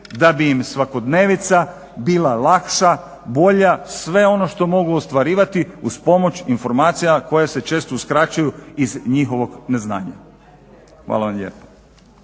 da bi im svakodnevnica bila lakša, bolja sve ono što mogu ostvarivati uz pomoć informacija koje se često uskraćuju iz njihovog neznanja. Hvala vam lijepo.